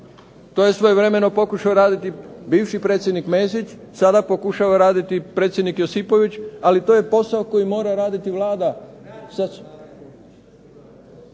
To je svojevremeno pokušao raditi bivši predsjednik Mesić, sada pokušava raditi predsjednik Josipović, ali to je posao koji mora raditi Vlada.